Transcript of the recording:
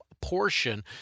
portion